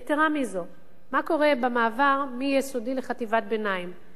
יתירה מזאת, מה קורה במעבר מיסודי לחטיבת ביניים?